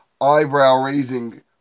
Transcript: eyebrow-raising